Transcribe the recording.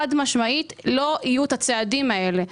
חד משמעית, לא יהיו את הצעדים האלה.